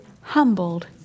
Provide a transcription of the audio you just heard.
humbled